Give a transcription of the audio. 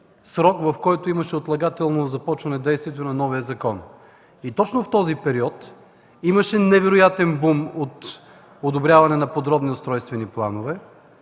срок, в който имаше отлагателно започване действието на новия закон. И точно в този период имаше невероятен бум от одобряване на подробни устройствени планове,